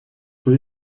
wir